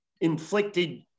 inflicted